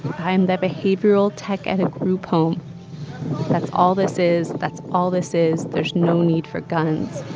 i am the behavioral tech at a group home that's all this is that's all this is. there's no need for guns